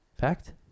Fact